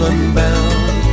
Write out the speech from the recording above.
Unbound